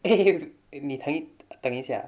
eh 你等你等一下